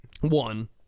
one